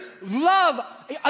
love